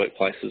workplaces